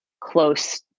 close